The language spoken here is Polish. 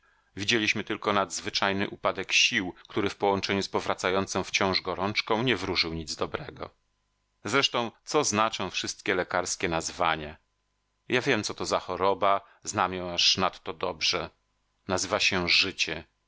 widzieliśmy tylko nadzwyczajny upadek sił który w połączeniu z powracającą wciąż gorączką nie wróżył nic dobrego zresztą co znaczą wszystkie lekarskie nazwania ja wiem co to za choroba znam ją aż nadto dobrze nazywa się życie